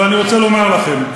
אבל אני רוצה לומר לכם,